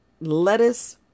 lettuce